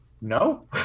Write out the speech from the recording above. no